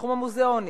בתחום המוזיאונים: